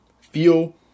feel